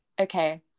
okay